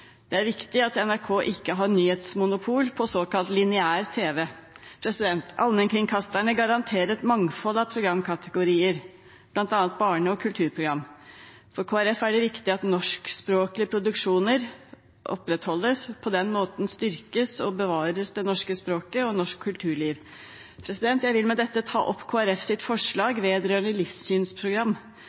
Det er viktig at NRK ikke har nyhetsmonopol på såkalt lineær tv. Allmennkringkastere garanterer et mangfold av programkategorier, bl.a. barne- og kulturprogram. For Kristelig Folkeparti er det viktig at norskspråklige produksjoner opprettholdes. På den måten styrkes og bevares det norske språket og norsk kulturliv. Jeg vil med dette ta opp Kristelig Folkepartis forslag vedrørende livssynsprogram.